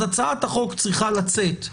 אז הצעת החוק צריכה לצאת,